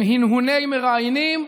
עם הנהוני מראיינים,